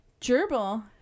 Gerbil